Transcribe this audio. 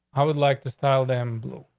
i would like to style them blue.